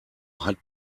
hat